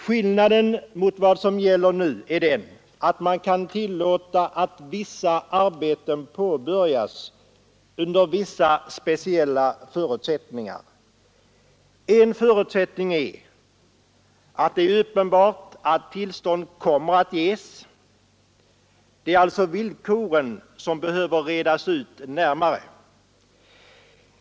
Skillnaden mot vad som gäller nu är den att man kan tillåta att vissa arbeten påbörjas under vissa speciella förutsättningar. En förutsättning är att det är uppenbart att tillstånd kommer att ges. Det är alltså villkoren som behöver redas ut närmare.